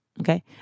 Okay